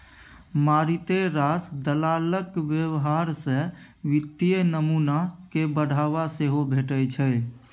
मारिते रास दलालक व्यवहार सँ वित्तीय नमूना कए बढ़ावा सेहो भेटै छै